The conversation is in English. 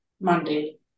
Monday